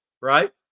right